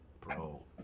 bro